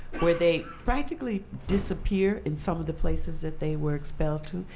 where they practically disappeared in some of the places that they were expelled to.